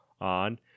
on